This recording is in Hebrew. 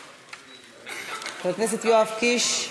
חבר הכנסת יואב קיש,